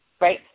right